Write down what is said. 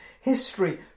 history